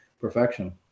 perfection